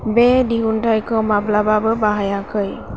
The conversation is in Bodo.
बे दिहुन्थायखौ माब्लाबाबो बाहायाखै